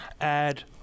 add